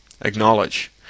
Acknowledge